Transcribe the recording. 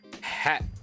hat